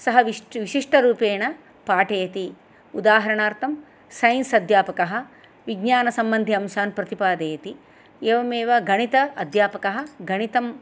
सः विश् विशिष्टरूपेण पाठयति उदाहरणार्थं सैन्स् अध्यापकः विज्ञानसम्बन्धि अंशान् प्रतिपादयति एवमेव गणित अध्यापकः गणितं